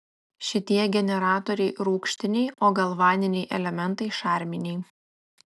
šitie generatoriai rūgštiniai o galvaniniai elementai šarminiai